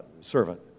servant